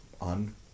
on